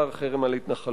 כלומר חרם על ההתנחלויות.